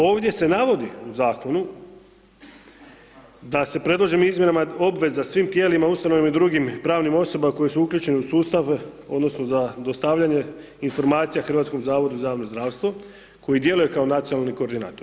Ovdje se navodi u zakonu da se predloženim izmjenama obveza svim tijelima, ustavama i dr. pravnim osobama koje su uključene u sustav odnosno za dostavljanje informacija Hrvatskom zavodu za javno zdravstvo, koji djeluje kao nacionalni koordinator.